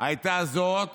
היתה זאת